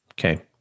Okay